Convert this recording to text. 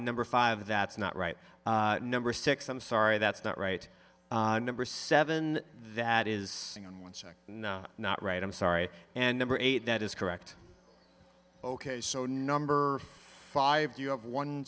number five that's not right number six i'm sorry that's not right number seven that is on one second not right i'm sorry and number eight that is correct ok so number five you have one